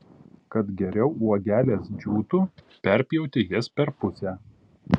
kad geriau uogelės džiūtų perpjauti jas per pusę